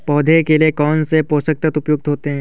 पौधे के लिए कौन कौन से पोषक तत्व उपयुक्त होते हैं?